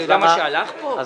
אתה יודע מה שהלך פה?